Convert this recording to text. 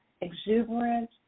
exuberant